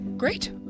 Great